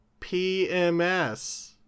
PMS